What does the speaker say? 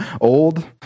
old